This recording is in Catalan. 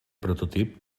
prototip